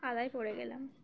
কাদায় পড়ে গেলাম